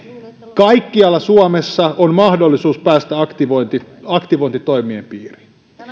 kaikkialla suomessa on mahdollisuus päästä aktivointitoimien piiriin